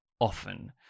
often